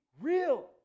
real